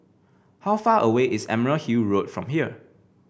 how far away is Emerald Hill Road from here